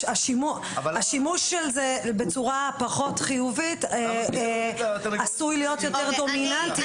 השימוש של זה בצורה פחות חיובית עשוי להיות יותר דומיננטי מהשימוש הזה.